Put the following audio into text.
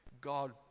God